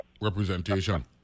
representation